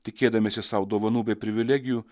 tikėdamiesi sau dovanų bei privilegijų